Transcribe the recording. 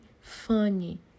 funny